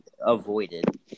Avoided